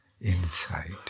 inside